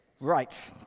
Right